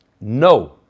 no